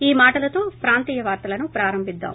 ఈ మాటలతో ప్రాంతీయ వార్తలను ప్రారంభిద్రాం